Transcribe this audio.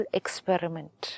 experiment